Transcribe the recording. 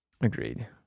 agreed